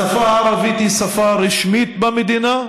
השפה הערבית היא שפה רשמית במדינה.